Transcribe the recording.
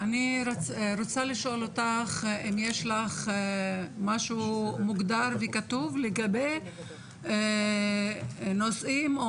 אני רוצה לשאול אותך אם יש לך משהו מוגדר וכתוב לגבי נושאים או